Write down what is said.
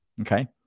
Okay